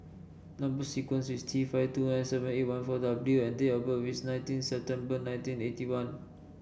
number sequence is T five two nine seven eight one four W and date of birth is nineteen September nineteen eighty one